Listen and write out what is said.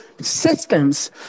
systems